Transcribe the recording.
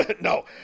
No